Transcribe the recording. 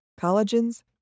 collagens